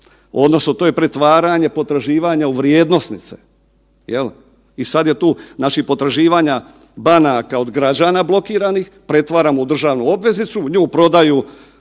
odnosno to je pretvaranje pretraživanja u vrijednosnice, sad je tu potraživanja banaka od građana blokiranih pretvaramo u državnu obveznicu, nju prodaju